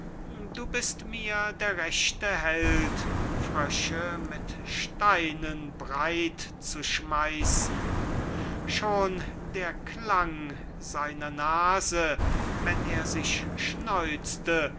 du bist mir der rechte held frösche mit steinen breit zu schmeissen schon der klang seiner nase wenn er sich schneuzte